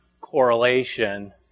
correlation